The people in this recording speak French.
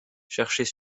cherchait